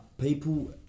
people